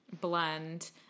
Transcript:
blend